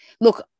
look